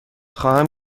خواهم